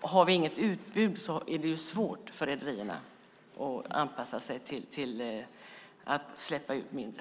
har vi inget utbud är det ju svårt för rederierna att släppa ut mindre.